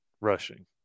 rushing